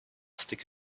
stick